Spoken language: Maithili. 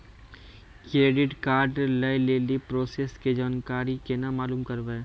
क्रेडिट कार्ड लय लेली प्रोसेस के जानकारी केना मालूम करबै?